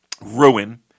ruin